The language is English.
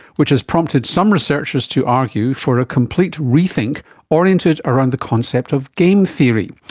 which has prompted some researchers to argue for a complete rethink oriented around the concept of game theory.